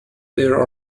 there